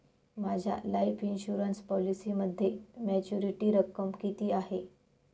माझ्या life insurance पॉलिसीमध्ये maturity रक्कम किती आहे?